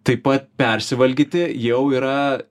taip pat persivalgyti jau yra